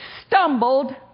stumbled